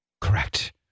correct